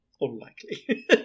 unlikely